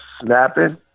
snapping